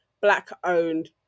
Black-owned